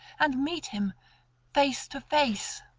and meet him face to face.